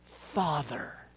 Father